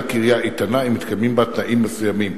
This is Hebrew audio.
כעירייה איתנה אם מתקיימים בה תנאים מסוימים.